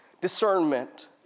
Discernment